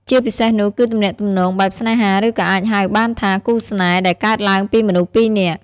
ជាពិសេសនោះគឺទំនាក់ទំនងបែបស្នេហាឬក៏អាចហៅបានថាគូរស្នេហ៍ ដែលកើតឡើងពីមនុស្សពីរនាក់។